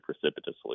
precipitously